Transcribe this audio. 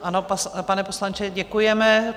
Ano, pane poslanče, děkujeme.